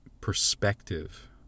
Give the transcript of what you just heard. perspective